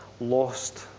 lost